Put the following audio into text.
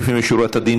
לפנים משורת הדין,